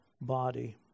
body